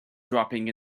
dropping